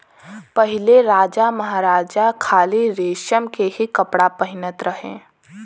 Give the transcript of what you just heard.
पहिले राजामहाराजा खाली रेशम के ही कपड़ा पहिनत रहे